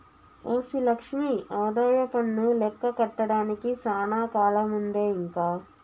OC Lakshmi ఆదాయపన్ను లెక్క కట్టడానికి సానా కాలముందే ఇంక